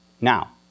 Now